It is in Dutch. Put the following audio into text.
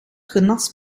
genas